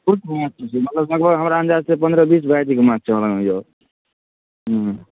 कतेक भेरायटी के मतलब हमरा अन्जाद सऽ पन्द्रह बीस भेरायटीके माँछ हमरा लङ यऽ हूँ